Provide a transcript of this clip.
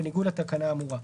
בניגוד לתקנה האמורה:"